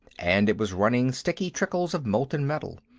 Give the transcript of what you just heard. and it was running sticky trickles of molten metal.